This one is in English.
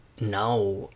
now